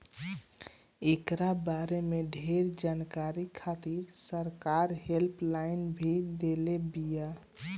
एकरा बारे में ढेर जानकारी खातिर सरकार हेल्पलाइन भी देले बिया